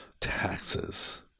taxes